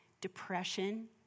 depression